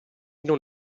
non